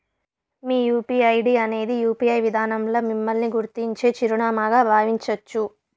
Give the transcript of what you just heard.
మీ UPI ID అనేది UPI విదానంల మిమ్మల్ని గుర్తించే చిరునామాగా బావించచ్చు